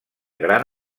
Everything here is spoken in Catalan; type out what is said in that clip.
gran